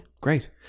Great